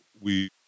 we-